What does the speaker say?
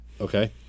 Okay